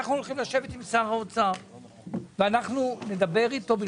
אנחנו הולכים לשבת עם שר האוצר ואנחנו נדבר איתו.